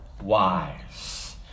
wise